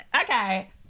okay